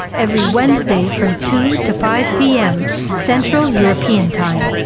every wednesday from two to five pm central european time.